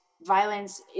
Violence